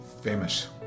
famous